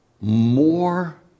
more